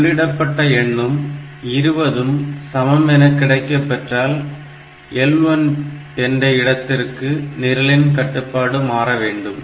ஆக உள்ளிடப்பட்ட எண்ணும் 20 உம் சமம் என கிடைக்கப்பெற்றால் L1 என்ற இடத்திற்கு நிரலின் கட்டுப்பாடு மாறவேண்டும்